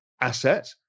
asset